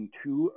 two